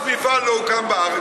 שום מפעל לא הוקם בארץ,